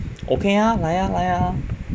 okay ah 来啊来啊